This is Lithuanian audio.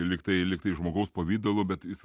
lygtai lygtai žmogaus pavidalo bet jis